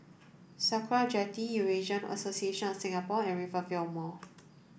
Sakra Jetty Eurasian Association of Singapore and Rivervale Mall